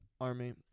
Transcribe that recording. army